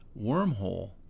wormhole